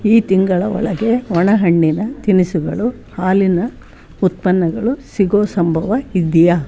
ಈ ತಿಂಗಳ ಒಳಗೆ ಒಣಹಣ್ಣಿನ ತಿನಿಸುಗಳು ಹಾಲಿನ ಉತ್ಪನ್ನಗಳು ಸಿಗೋ ಸಂಭವ ಇದೆಯಾ